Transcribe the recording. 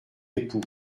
époux